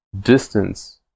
distance